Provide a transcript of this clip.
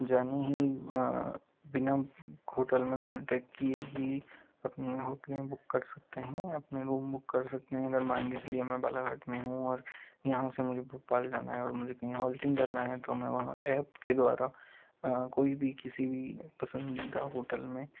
जाने ही बिना होटल में कांटेक्ट किए ही अपने हॉटेलें बुक कर सकते हैं अपने रूम बुक कर सकते हैं अगर मान के चलिए मैं बालाघाट में हूँ और यहाँ से मुझे भोपाल जाना है और मुझे कही होल्डिंग करना है तो मैं वहाँ ऐप के द्वारा कोई भी किसी भी पसंदीदा होटल में